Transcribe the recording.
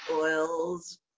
oils